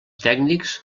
tècnics